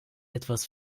etwas